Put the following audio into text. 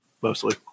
mostly